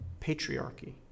patriarchy